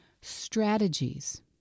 strategies